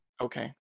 Okay